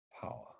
power